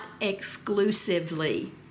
exclusively